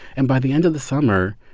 and by the end of the summer,